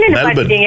Melbourne